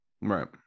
Right